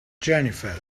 jennifer